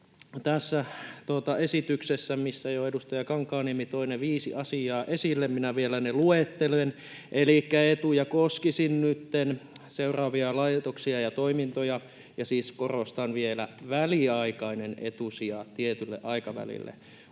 tästä esityksestä jo edustaja Kankaanniemi toi ne viisi asiaa esille, ja minä vielä ne luettelen. Elikkä etusija koskisi nytten seuraavia laitoksia ja toimintoja, ja siis korostan vielä, että tämä on väliaikainen etusija tietylle aikavälille: